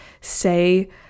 say